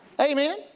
Amen